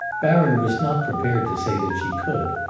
baron was not prepared to say that she could,